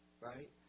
right